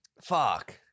Fuck